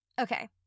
Okay